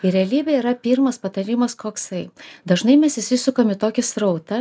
ir realybėje yra pirmas patarimas koksai dažnai mes įsisukam į tokį srautą